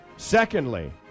Secondly